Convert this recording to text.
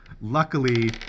Luckily